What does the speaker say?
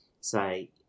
say